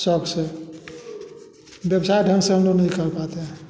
शौक़ से दो चार ढंग से हम लोग नहीं कर पाते हैं